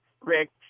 Rick